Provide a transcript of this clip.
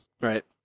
Right